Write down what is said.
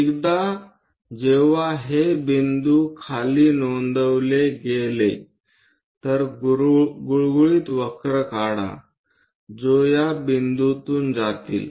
एकदा जेव्हा हे बिंदू खाली नोंदवले गेले तर गुळगुळीत वक्र काढा जो या बिंदूतून जातील